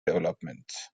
developments